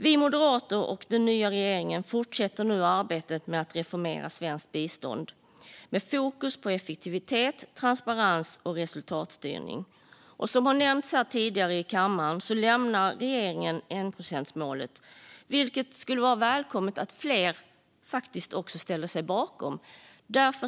Vi moderater och den nya regeringen fortsätter nu arbetet med att reformera svenskt bistånd med fokus på effektivitet, transparens och resultatstyrning. Som nämnts här i kammaren tidigare lämnar regeringen enprocentsmålet, vilket det skulle vara välkommet om fler ställde sig bakom.